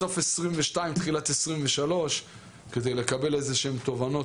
תחילת 2023 כדי לקבל איזה שהן תובנות,